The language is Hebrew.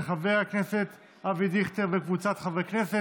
של חבר הכנסת אבי דיכטר וקבוצת חברי הכנסת.